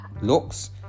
looks